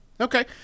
okay